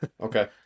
Okay